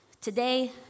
Today